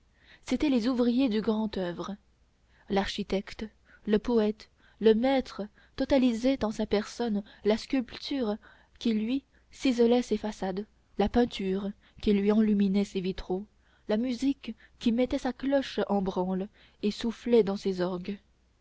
c'étaient les ouvriers du grand oeuvre l'architecte le poète le maître totalisait en sa personne la sculpture qui lui ciselait ses façades la peinture qui lui enluminait ses vitraux la musique qui mettait sa cloche en branle et soufflait dans ses orgues